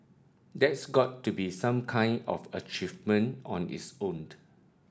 that's got to be some kind of achievement on its owned